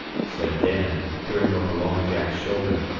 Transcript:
said dan, peering over long jack's shoulder.